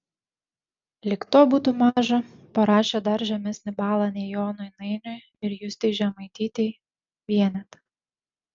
lyg to būtų maža parašė dar žemesnį balą nei jonui nainiui ir justei žemaitytei vienetą